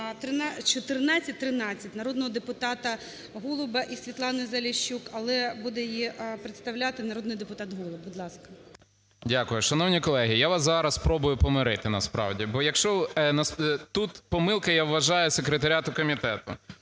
1413 народного депутата Голуба і Світлани Заліщук, але буде її представляти народний депутат Голуб. Будь ласка. 13:23:32 ГОЛУБ В.В. Дякую. Шановні колеги, я вас зараз спробую помирити насправді. Бо, якщо тут помилка, я вважаю, секретаріату комітету,